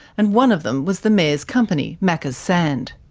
and one of them was the mayor's company, macka's sand.